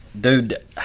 Dude